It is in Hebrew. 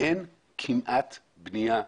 לכך שכמעט ואין בנייה בירושלים.